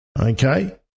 okay